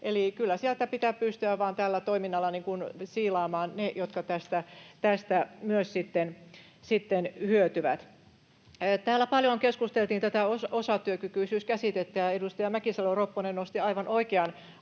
Kyllä sieltä pitää pystyä tällä toiminnalla vain siilaamaan ne, jotka tästä myös sitten hyötyvät. Täällä paljon keskusteltiin tästä osatyökykyisyys-käsitteestä, ja edustaja Mäkisalo-Ropponen nosti esille aivan oikean